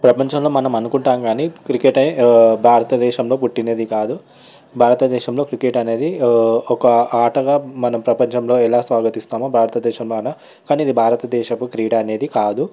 ప్రపంచంలో మనం అనుకుంటాము కానీ క్రికెటే భారత దేశంలో పుట్టినది కాదు భారతదేశంలో క్రికెట్ అనేది ఒక ఆటగా మన ప్రపంచంలో ఎలా స్వాగతిస్తామో భారతదేశంలోన కానీ ఇది భారతదేశపు క్రీడ అనేది కాదు